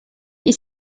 est